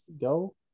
go